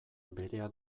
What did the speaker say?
berea